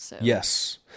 Yes